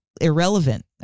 irrelevant